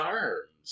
arms